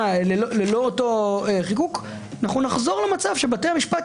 ללא אותו חיקוק אנחנו נחזור למצב שבתי המשפט,